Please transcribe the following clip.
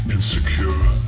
Insecure